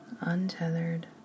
untethered